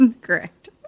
correct